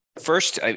First